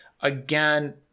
Again